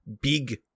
big